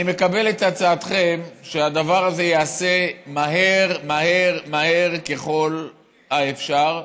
אני מקבל את הצעתכם שהדבר הזה ייעשה מהר מהר מהר ככל האפשר,